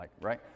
right